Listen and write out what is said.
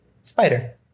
spider